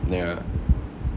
ya